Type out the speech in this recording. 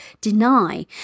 deny